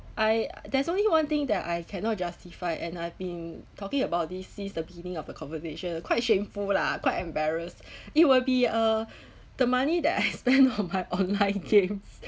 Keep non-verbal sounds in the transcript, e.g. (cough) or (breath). I uh there's only one thing that I cannot justify and I've been talking about this since the beginning of the conversation quite shameful lah quite embarrassed (breath) it will be uh (breath) the money that I spend on my online games